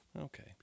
Okay